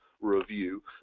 review